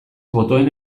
botoen